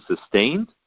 sustained